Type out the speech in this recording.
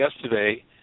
yesterday